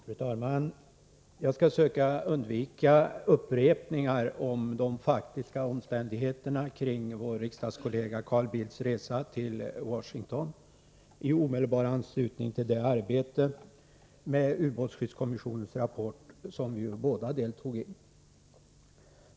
Fru talman! Jag skall söka undvika upprepningar av det faktiska omständigheterna kring vår riksdagskollega Carl Bildts resa till Washington i omedelbar anslutning till det arbete med ubåtsskyddskommissionens rapport som vi båda deltog i.